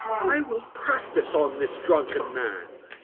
i will practise on this drunken man.